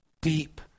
deep